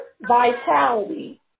vitality